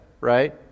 right